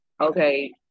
Okay